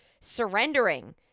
surrendering